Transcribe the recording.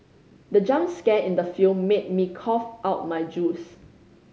the jump scare in the film made me cough out my juice